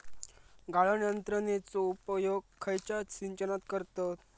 गाळण यंत्रनेचो उपयोग खयच्या सिंचनात करतत?